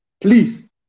Please